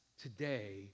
today